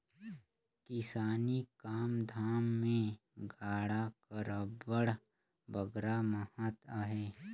किसानी काम धाम मे गाड़ा कर अब्बड़ बगरा महत अहे